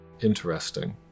Interesting